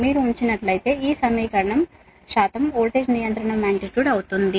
మీరు ఉంచినట్లయితే ఈ సమీకరణం శాతం వోల్టేజ్ రెగ్యులేషన్ మాగ్నిట్యూడ్ అవుతుంది